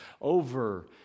over